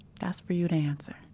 that's for you to answer.